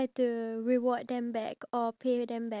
it's a bit dull for me